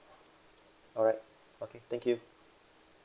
alright okay thank you